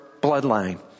bloodline